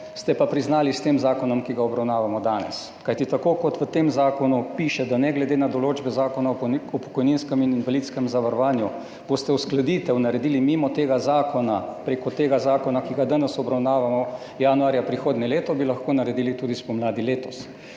ste pa priznali s tem zakonom, ki ga obravnavamo danes. Kajti tako kot v tem zakonu piše, ne glede na določbe Zakona o pokojninskem in invalidskem zavarovanju, boste uskladitev naredili mimo tega zakona, prek zakona, ki ga danes obravnavamo, januarja prihodnje leto, bi lahko naredili tudi spomladi letos.